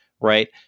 right